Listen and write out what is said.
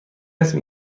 اسم